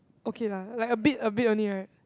okay lah like a bit a bit only right